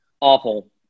Awful